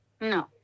No